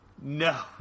No